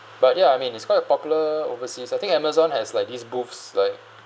but ya I mean it's quite a popular overseas I think Amazon has like these booths like